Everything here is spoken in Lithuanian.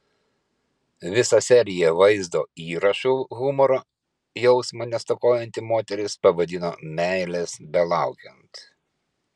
visą seriją vaizdo įrašų humoro jausmo nestokojanti moteris pavadino meilės belaukiant